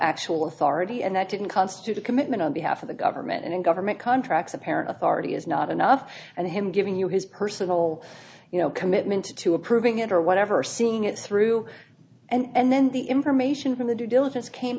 actual authority and that didn't constitute a commitment on behalf of the government and in government contracts apparent authority is not enough and him giving you his personal you know commitment to approving it or whatever seeing it through and then the information from the due diligence came